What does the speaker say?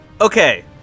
Okay